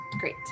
Great